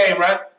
right